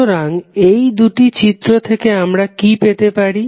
সুতরাং এই দুটি চিত্র থেকে আমরা কি পেতে পারি